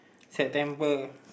September